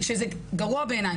שזה גרוע בעיניי.